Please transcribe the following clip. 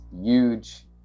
huge